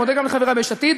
גם לחברי ביש עתיד.